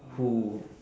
who